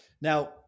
Now